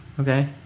Okay